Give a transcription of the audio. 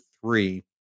three